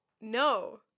No